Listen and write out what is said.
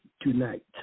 tonight